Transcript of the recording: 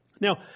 Now